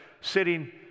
sitting